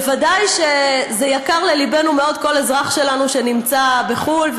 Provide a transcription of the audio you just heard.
ודאי שיקר לליבנו מאוד כל אזרח שלנו שנמצא בחו"ל,